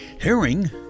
Herring